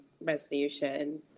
resolution